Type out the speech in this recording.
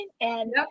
and-